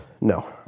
no